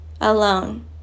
alone